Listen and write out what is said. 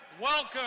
Welcome